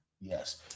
Yes